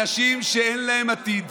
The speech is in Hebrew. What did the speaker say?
אנשים שאין להם עתיד.